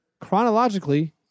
chronologically